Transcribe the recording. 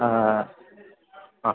ആ ആ